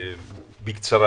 בקצרה.